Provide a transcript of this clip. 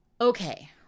Okay